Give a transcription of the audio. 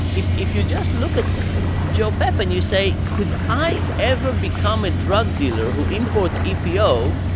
if if you just look at joe papp and you say, could i ever become a drug dealer who imports epo,